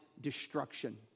destruction